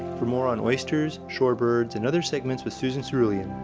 for more on oysters, shorebirds, and other segments with susan cerulean,